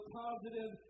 positive